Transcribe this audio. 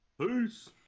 Peace